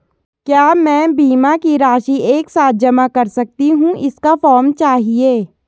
क्या मैं बीमा की राशि एक साथ जमा कर सकती हूँ इसका फॉर्म चाहिए?